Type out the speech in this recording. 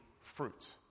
fruit